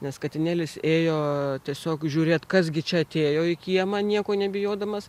nes katinėlis ėjo tiesiog žiūrėt kas gi čia atėjo į kiemą nieko nebijodamas